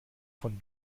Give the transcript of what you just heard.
von